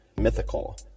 mythical